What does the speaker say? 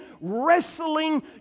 wrestling